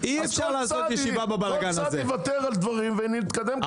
כל צד יוותר על משהו ונתקדם.